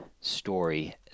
story